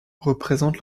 représente